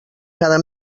cada